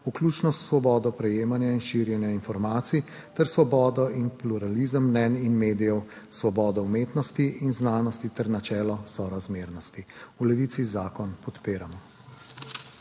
vključno s svobodo prejemanja in širjenja informacij, ter svobodo in pluralizem mnenj in medijev, svobodo umetnosti in znanosti ter načelo sorazmernosti. V Levici zakon podpiramo.